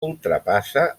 ultrapassa